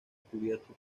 cubierto